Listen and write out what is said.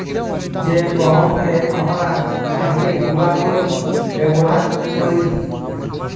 জ্যে গহমকে আমরা ভাইঙ্গে গুঁড়া কইরে ব্যাবহার কৈরি